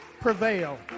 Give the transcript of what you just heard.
prevail